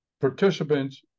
participants